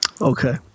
Okay